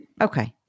Okay